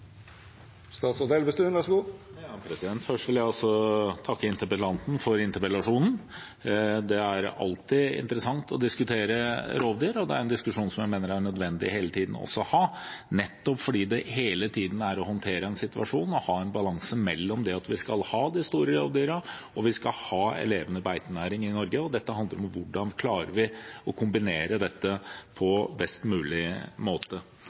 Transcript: alltid interessant å diskutere rovdyr, og det er en diskusjon jeg mener det er nødvendig å ha hele tiden, nettopp fordi det hele tiden handler om å håndtere en situasjon med å ha en balanse mellom det å ha både de store rovdyrene og en levende beitenæring i Norge. Dette handler om hvordan vi skal klare å kombinere dette på best mulig måte.